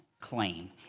claim